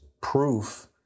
proof